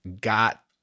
got